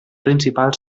principal